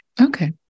Okay